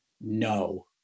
no